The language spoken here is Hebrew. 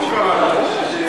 שר השיכון, הוא קרא לו.